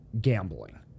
gambling